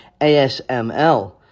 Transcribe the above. ASML